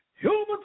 Human